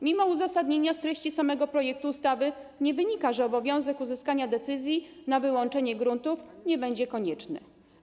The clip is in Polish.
Mimo uzasadnienia z treści samego projektu ustawy nie wynika, że obowiązek uzyskania decyzji na wyłączenie gruntów nie będzie konieczny.